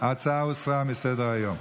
ההצעה הוסרה מסדר-היום.